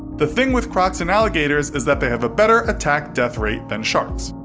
the thing with crocs and alligators is that they have a better attack-death rate than sharks.